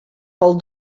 pel